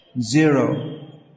Zero